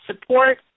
support